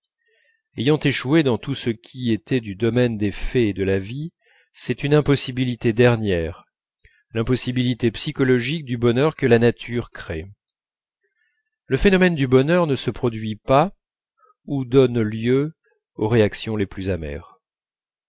ayant échoué dans tout ce qui était du domaine des faits et de la vie c'est une impossibilité dernière l'impossibilité psychologique du bonheur que la nature crée le phénomène du bonheur ne se produit pas ou donne lieu aux réactions les plus amères